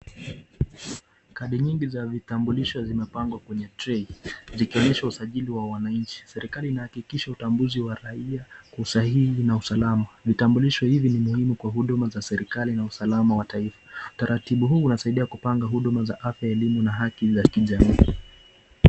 Kadi mingi za vitambulisho zimepangwa kwenye tray kuonyesha usajili wa wananchi serikali inahakikisha utambuzi wa raia Kwa usahihi ba usalama, vitambulisho hizi ni muhimu Kwa huduma wa serikali na usalama wataifa taratibu huu husaidia kupanga huduma za afya elimu haki na kijamii